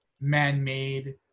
man-made